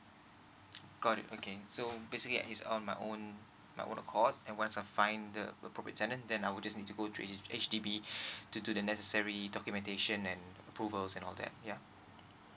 got it okay so basically at his own my own my own accord and once I find the appropriate tenant then I'll just need to go toH H_D_B to do the necessary documentation and approvals and all that yeah